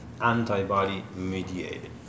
antibody-mediated